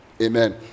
Amen